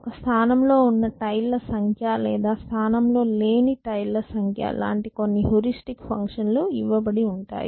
ఒక స్థానం లో ఉన్న టైల్ ల సంఖ్య లేదా స్థానం లో లేని టైల్ ల సంఖ్య లాంటి కొన్ని హ్యూరిస్టిక్ ఫంక్షన్ లు ఇవ్వబడి ఉంటాయి